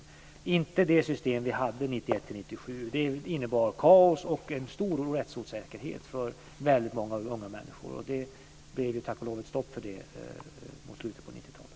Jag syftar inte på det system som vi hade 1991 1997. Det innebar kaos och en stor rättsosäkerhet för väldigt många unga människor. Det blev tack och lov stopp för det mot slutet av 90-talet.